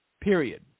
Period